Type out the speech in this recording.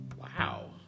Wow